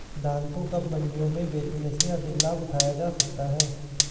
धान को कब मंडियों में बेचने से अधिक लाभ उठाया जा सकता है?